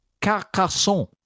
Carcassonne